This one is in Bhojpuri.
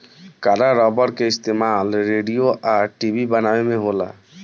कड़ा रबड़ के इस्तमाल रेडिओ आ टी.वी बनावे में होला